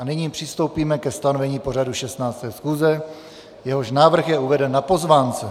Nyní přistoupíme ke stanovení programu 16. schůze, jehož návrh je uveden na pozvánce.